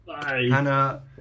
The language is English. Hannah